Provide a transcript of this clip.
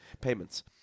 payments